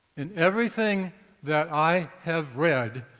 in everything that i have read,